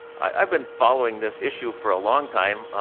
i've been following this issue for a long time,